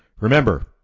Remember